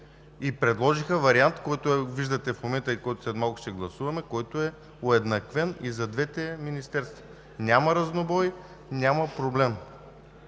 ще гласуваме, който е уеднаквен и за двете министерства. Няма разнобой, няма проблем!